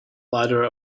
ladder